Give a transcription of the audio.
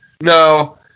No